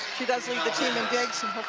she does lead the team in digs.